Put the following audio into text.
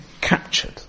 captured